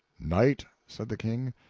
knight! said the king.